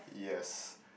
yes